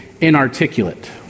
inarticulate